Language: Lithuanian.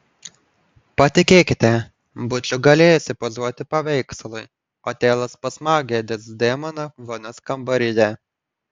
patikėkite būčiau galėjusi pozuoti paveikslui otelas pasmaugia dezdemoną vonios kambaryje